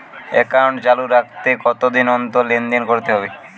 Account চালু রাখতে কতদিন অন্তর লেনদেন করতে হবে?